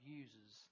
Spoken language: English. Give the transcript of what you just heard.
uses